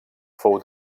fou